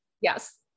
Yes